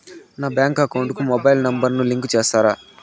నా bank account కు mobile number ను లింకు చేస్తారా?